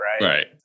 right